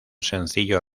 sencillo